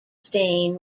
stain